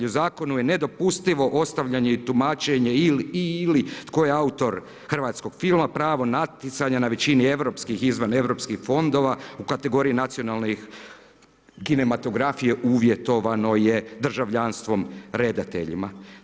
U zakonu je nedopustivo ostavljanje i tumačenje i ili tko je autor hrvatskog filma, pravo natjecanja na većini europskih i izvaneuropskih fondova u kategoriji nacionalnih kinematografije uvjetovano je državljanstvom redateljima.